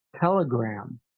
Telegram